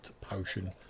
potion